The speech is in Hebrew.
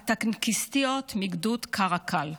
הטנקיסטיות מגדוד קרקל,